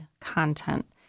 content